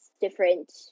different